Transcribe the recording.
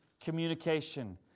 communication